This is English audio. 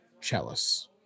chalice